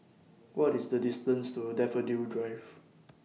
What IS The distance to Daffodil Drive